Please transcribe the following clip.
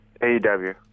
AEW